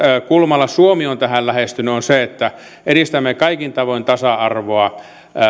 kulmalla suomi on tätä lähestynyt on se että edistämme kaikin tavoin tasa arvoa